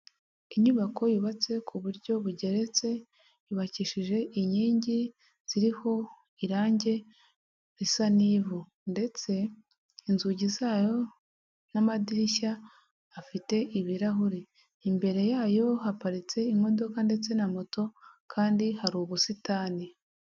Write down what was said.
Inyubako yubatse ku buryo bugeretse yubakishije inkingi ziriho irangi risa n'ivu, ndetse inzugi zayo n'amadirishya afite ibirahuri, imbere yayo haparitse imodoka ndetse na moto kandi hari ubusitani.